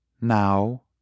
Now